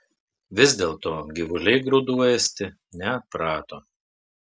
vis dėlto gyvuliai grūdų ėsti neatprato